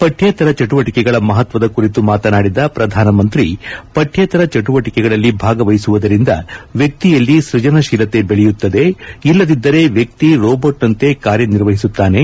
ಪಠ್ಯೇತರ ಚಟುವಟಿಕೆಗಳ ಮಹತ್ವದ ಕುರಿತು ಮಾತನಾದಿದ ಪ್ರಧಾನಿಮಂತ್ರಿ ಪಠ್ಯೇತರ ಚಟುವಟಿಕೆಗಳಲ್ಲಿ ಭಾಗವಹಿಸುವುದರಿಂದ ವ್ಯಕ್ತಿಯಲ್ಲಿ ಸೃಜನಶೀಲತೆ ಬೆಳೆಯುತ್ತದೆ ಇಲ್ಲದಿದ್ದರೆ ವ್ಯಕ್ತಿ ರೋಬೋಟ್ನಂತೆ ಕಾರ್ಯನಿರ್ವಹಿಸುತ್ತಾನೆ